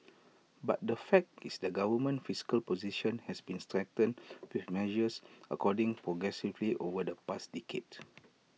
but the fact is the government's fiscal position has been strengthened with measures according progressively over the past decade